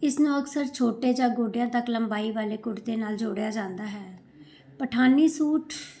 ਇਸ ਨੂੰ ਅਕਸਰ ਛੋਟੇ ਜਾਂ ਗੋਡਿਆਂ ਤੱਕ ਲੰਬਾਈ ਵਾਲੇ ਕੁੜਤੇ ਨਾਲ ਜੋੜਿਆ ਜਾਂਦਾ ਹੈ ਪਠਾਣੀ ਸੂਟ